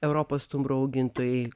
europos stumbro augintojai